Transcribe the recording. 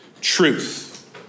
truth